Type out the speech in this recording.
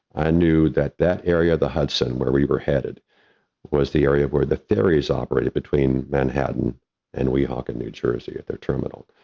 i knew that that area of the hudson where we were headed was the area where the ferries operated between manhattan and weehawken, new jersey at their terminal.